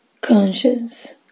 conscious